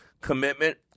Commitment